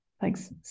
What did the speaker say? Thanks